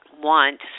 want